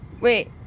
Wait